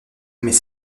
mais